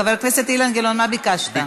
חבר הכנסת אילן גילאון, מה ביקשת?